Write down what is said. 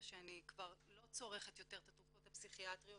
שאני כבר לא צורכת יותר את התרופות הפסיכיאטריות,